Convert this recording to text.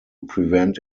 prevent